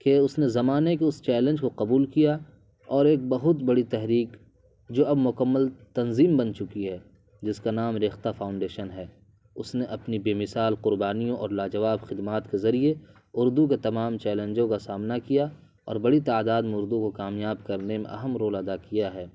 کہ اس نے زمانے کے اس چیلنج کو قبول کیا اور ایک بہت بڑی تحریک جو اب مکمل تنظیم بن چکی ہے جس کا نام ریختہ فاؤنڈیشن ہے اس نے اپنی بے مثال قربانیوں اور لاجواب خدمات کے ذریعہ اردو کے تمام چیلنجوں کا سامنا کیا اور بڑی تعداد میں اردو کو کامیاب کرنے میں اہم رول ادا کیا ہے